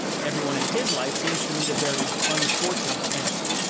everyone in his life seems to meet a very unfortunate end.